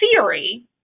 theory